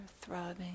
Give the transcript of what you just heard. throbbing